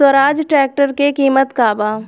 Swaraj tractor के किमत का बा?